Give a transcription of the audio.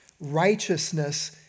righteousness